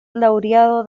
laureado